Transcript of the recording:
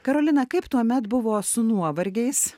karolina kaip tuomet buvo su nuovargiais